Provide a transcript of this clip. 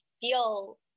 feel